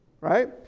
right